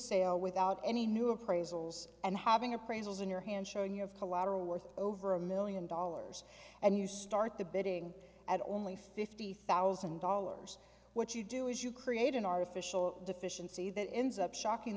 sale without any new appraisals and having appraisals in your hand showing you have collateral worth over a million dollars and you start the bidding at only fifty thousand dollars what you do is you create an artificial deficiency that ends up shocking